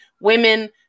women